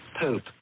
poop